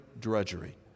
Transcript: drudgery